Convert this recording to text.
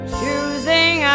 choosing